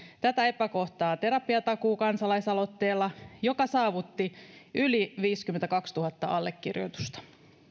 tätä epäkohtaa terapiatakuu kansalaisaloitteella joka saavutti yli viisikymmentäkaksituhatta allekirjoitusta